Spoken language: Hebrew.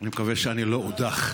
אני מקווה שאני לא אודח.